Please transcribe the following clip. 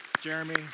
Jeremy